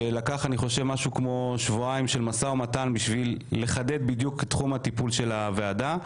לקח שבועיים של משא ומתן כדי לחדד את תחום הטיפול של הוועדה.